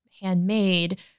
handmade –